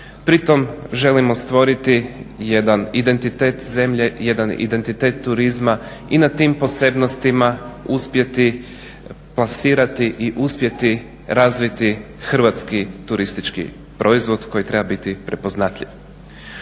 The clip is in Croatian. Pritom želimo stvoriti jedan identitet zemlje, jedan identitet turizma i na tim posebnostima uspjeti plasirati i uspjeti razviti hrvatski turistički proizvod koji treba biti prepoznatljiv.